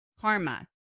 Karma